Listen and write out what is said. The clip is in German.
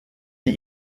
die